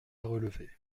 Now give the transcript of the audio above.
relever